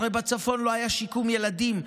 הרי בצפון לא היה שיקום ילדים,